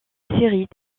séries